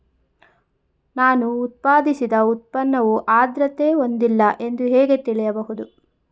ನಾನು ಉತ್ಪಾದಿಸಿದ ಉತ್ಪನ್ನವು ಆದ್ರತೆ ಹೊಂದಿಲ್ಲ ಎಂದು ಹೇಗೆ ತಿಳಿಯಬಹುದು?